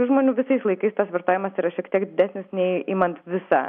žmonių visais laikais tas vartojimas yra šiek tiek didesnis nei imant visą